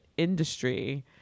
Industry